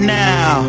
now